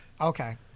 Okay